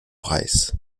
preis